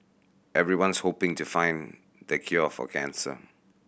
everyone's hoping to find the cure for cancer